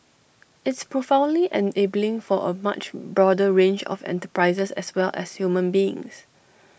it's profoundly enabling for A much broader range of enterprises as well as human beings